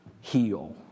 heal